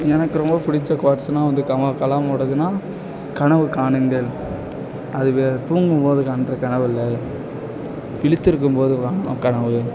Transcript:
எனக்கு ரொம்ப புடிச்ச க்வாட்ஸ்னா வந்து கமா கலாமோடதுனா கனவு காணுங்கள் அது தூங்கும் போது காணுற கனவு இல்லை விழித்திருக்கும் போது காணுற கனவு